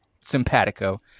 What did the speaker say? simpatico